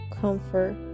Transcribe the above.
comfort